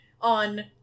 on